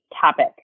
topic